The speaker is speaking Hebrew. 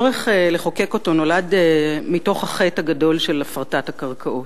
הוא נולד מתוך החטא הגדול של הפרטת הקרקעות.